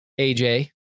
AJ